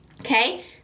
Okay